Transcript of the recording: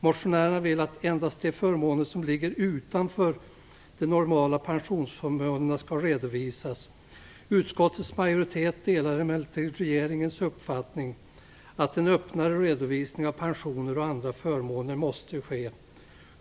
Motionärerna vill att endast de förmåner som ligger utanför de normala pensionsförmånerna skall redovisas. Utskottets majoritet delar emellertid regeringens uppfattning att en öppnare redovisning av pensioner och andra förmåner måste ske.